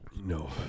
No